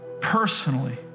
personally